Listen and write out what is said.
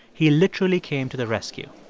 he literally came to the rescue.